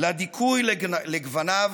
לדיכוי לגווניו,